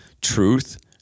truth